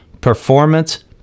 performance